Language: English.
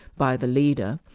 by the leader,